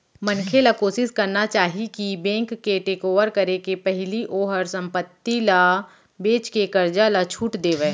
मनखे ल कोसिस करना चाही कि बेंक के टेकओवर करे के पहिली ओहर संपत्ति ल बेचके करजा ल छुट देवय